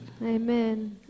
Amen